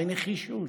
בנחישות,